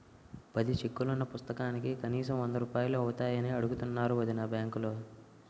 పది చెక్కులున్న పుస్తకానికి కనీసం వందరూపాయలు అవుతాయని అడుగుతున్నారు వొదినా బాంకులో